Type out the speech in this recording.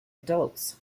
adults